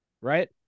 right